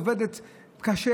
היא עובדת קשה,